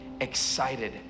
excited